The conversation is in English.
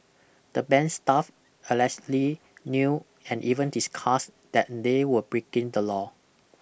the bank's staff allegedly knew and even discussed that they were breaking the law